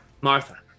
Martha